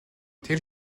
тэр